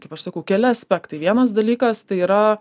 kaip aš sakau keli aspektai vienas dalykas tai yra